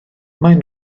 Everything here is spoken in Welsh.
maen